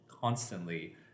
constantly